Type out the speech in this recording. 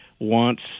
wants